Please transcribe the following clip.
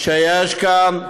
שיש כאן,